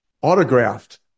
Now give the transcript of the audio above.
autographed